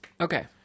Okay